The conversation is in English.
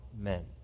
men